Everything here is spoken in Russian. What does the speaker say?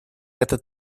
этот